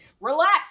relax